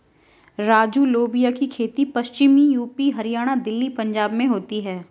राजू लोबिया की खेती पश्चिमी यूपी, हरियाणा, दिल्ली, पंजाब में होती है